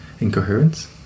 incoherence